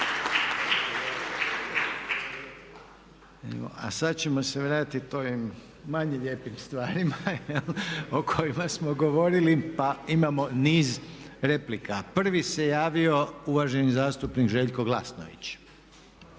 A sad ćemo se vratiti ovim manje lijepim stvarima o kojima smo govorili pa imamo niz replika. Prvi se javio uvaženi zastupnik Željko Glasnović.